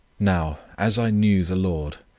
now, as i knew the lord,